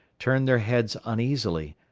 turned their heads uneasily,